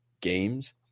games